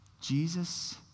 Jesus